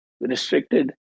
restricted